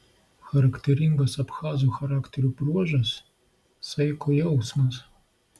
charakteringas abchazų charakterio bruožas saiko jausmas